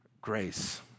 grace